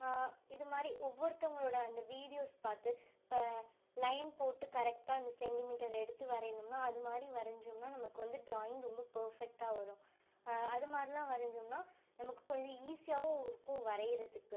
இது மாதிரி ஒவ்வொருத்தவுங்களோடய அந்த வீடியோஸ் பார்த்து இப்போ லைன் போட்டு கரெக்டாக அந்த சென்டிமீட்டர் எடுத்து வரையணும்னா அதுமாதிரி வரைஞ்சோம்னா நமக்கு வந்து ட்ராயிங் ரொம்ப பர்ஃபெக்ட்டாக வரும் அது மாதிரிலாம் வரஞ்சோம்னா நமக்கு கொஞ்சம் ஈஸியாகவும் இருக்கும் வரைகிறத்துக்கு